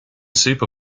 super